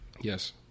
Yes